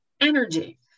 Energy